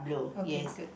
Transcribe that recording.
okay good